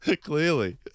Clearly